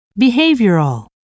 Behavioral